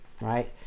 right